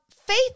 faith